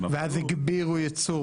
ואז הגבירו ייצור